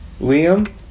Liam